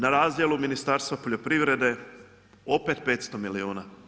Na razdjelu Ministarstva poljoprivrede opet 500 milijuna.